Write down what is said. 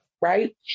right